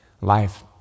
life